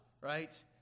right